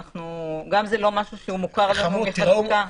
זה גם משהו שלא מוכר לנו בחקיקה.